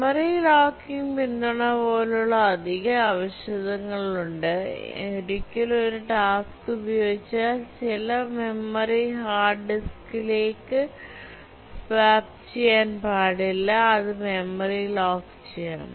memory locking പിന്തുണ പോലുള്ള അധിക ആവശ്യകതകളുണ്ട് ഒരിക്കൽ ഒരു ടാസ്ക് ഉപയോഗിച്ചാൽ ചില മെമ്മറി ഹാർഡ് ഡിസ്കിലേക്ക് സ്വാപ്പ് ചെയ്യാൻ പാടില്ല അത് മെമ്മറി ലോക്കു ചെയ്യണം